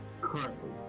Currently